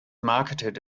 marketed